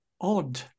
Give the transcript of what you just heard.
odd